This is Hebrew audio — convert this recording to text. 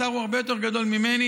השר הוא הרבה יותר גדול ממני,